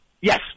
Yes